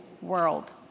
world